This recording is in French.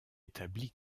établie